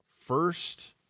first